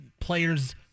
players